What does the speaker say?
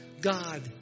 God